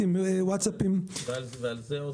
ועל זה עוד